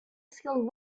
skilled